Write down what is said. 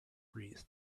wreath